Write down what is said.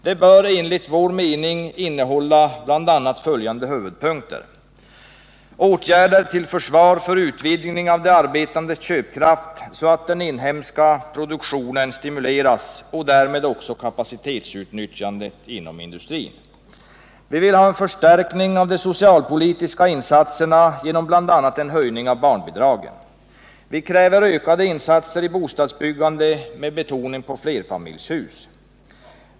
Det bör enligt vår mening innehålla följande huvudpunkter: Vi vill ha åtgärder till försvar och utvidgning av de arbetandes köpkraft, så att den inhemska produktionen stimuleras och därmed också kapacitetsutnyttjandet inom industrin. Vi vill ha en förstärkning av de socialpolitiska insatserna genom bl.a. en höjning av barnbidragen. Vi kräver ökade investeringar i bostadsbyggandet med betoning på flerfamiljshus.